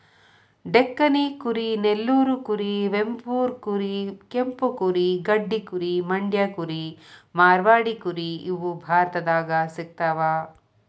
ಡೆಕ್ಕನಿ ಕುರಿ ನೆಲ್ಲೂರು ಕುರಿ ವೆಂಬೂರ್ ಕುರಿ ಕೆಂಪು ಕುರಿ ಗಡ್ಡಿ ಕುರಿ ಮಂಡ್ಯ ಕುರಿ ಮಾರ್ವಾಡಿ ಕುರಿ ಇವು ಭಾರತದಾಗ ಸಿಗ್ತಾವ